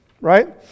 right